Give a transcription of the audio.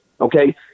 okay